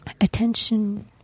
attention